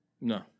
no